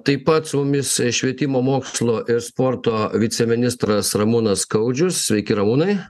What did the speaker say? taip pat su mumis švietimo mokslo ir sporto viceministras ramūnas skaudžius sveiki ramūnai